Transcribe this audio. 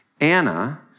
Anna